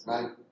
Right